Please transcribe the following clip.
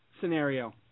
scenario